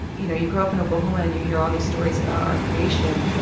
you know, you grow up in oklahoma and you hear all these stories about our creation.